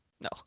No